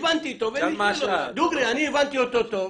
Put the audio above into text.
דוגרי, אני הבנתי אותו טוב,